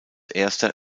erster